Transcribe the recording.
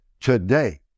Today